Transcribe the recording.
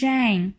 Jane